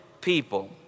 people